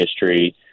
history